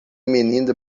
menina